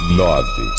nove